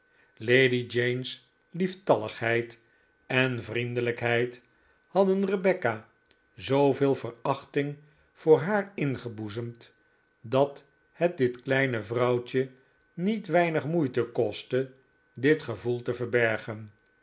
lady jane's lieftalligheid en vriendelijkheid hadden rebecca zooveel verachting voor haar ingeboezemd dat het dit kleine vrouwtje niet weinig moeite kostte dit gevoel te verbergen